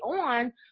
on